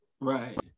right